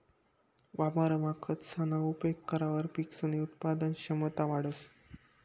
वावरमा खतसना उपेग करावर पिकसनी उत्पादन क्षमता वाढंस